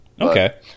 Okay